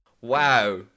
Wow